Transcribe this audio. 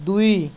ଦୁଇ